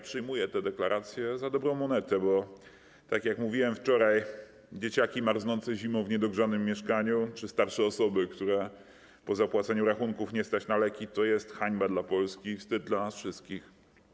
Przyjmuję te deklaracje za dobrą monetę, bo - tak jak mówiłem wczoraj - dzieciaki marznące zimą w niedogrzanym mieszkaniu czy starsze osoby, których po zapłaceniu rachunków nie stać na leki, to jest hańba dla Polski, wstyd dla nas wszystkich.